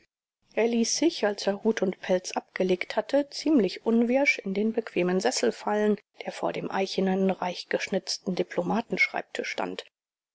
er ließ sich als er hut und pelz abgelegt hatte ziemlich unwirsch in den bequemen sessel fallen der vor dem eichenen reichgeschnitzten diplomatenschreibtisch stand